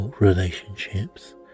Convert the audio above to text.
relationships